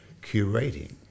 curating